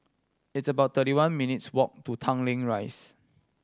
it's about thirty one minutes' walk to Tanglin Rise